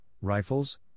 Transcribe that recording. rifles